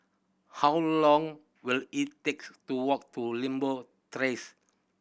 how long will it takes to walk to Limbok Terrace